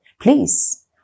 Please